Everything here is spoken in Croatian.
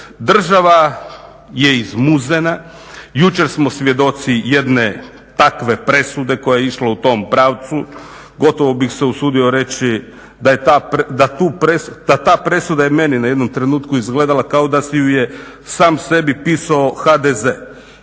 država je izmuzena. Jučer smo svjedoci jedne takve presude koja je išla u tom pravcu, gotovo bih se usudio reći da ta presuda je meni na jednom trenutku izgledala kao da si je sam sebi pisao HDZ.